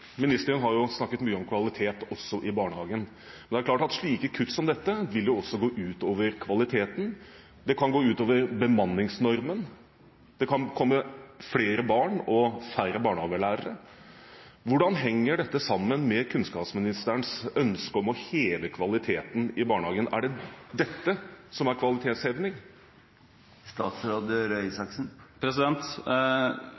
Ministeren har snakket mye om kvalitet også i barnehagen. Det er klart at slike kutt som dette, vil også gå ut over kvaliteten. Det kan gå ut over bemanningsnormen, og det kan komme flere barn og færre barnehagelærere. Hvordan henger dette sammen med kunnskapsministerens ønske om å heve kvaliteten i barnehagen? Er det dette som er